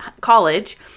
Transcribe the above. college